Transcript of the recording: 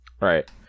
Right